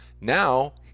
Now